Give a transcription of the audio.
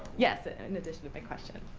yes, ah and in addition to my question.